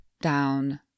down